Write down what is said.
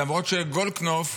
למרות שגולדקנופ,